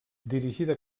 dirigida